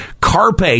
Carpe